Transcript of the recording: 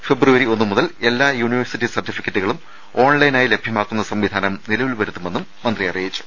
ഫെബ്രുവരി ഒന്നുമുതൽ എല്ലാ യൂണിവേഴ്സിറ്റി സർട്ടിഫിക്ക്റ്റുകളും ഓൺലൈനായി ലഭ്യമാക്കുന്ന സംവിധാനം നിലവിൽ വരുമെന്നും മന്ത്രി അറിയിച്ചു